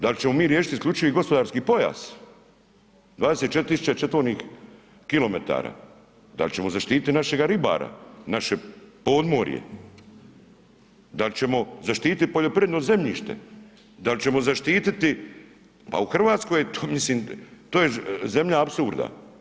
Dal ćemo mi riješiti isključivi gospodarski pojas 24.000 četvornih kilometara, dal ćemo zaštiti našega ribara, naše podmorje, dal ćemo zaštiti poljoprivredno zemljište, dal ćemo zaštiti, pa u Hrvatskoj mislim to je zemlja apsurda.